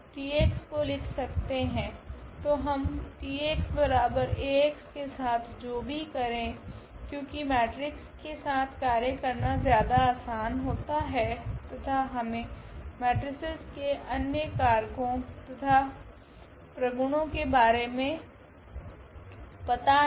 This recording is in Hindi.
तो हम TAx के साथ जो भी करे क्योकि मेट्रिक्स के साथ कार्य करना ज्यादा आसान होता है तथा हमे मेट्रीसेस के अनेक करको तथा प्रगुणों के बारे मे पता है